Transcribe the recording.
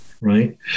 Right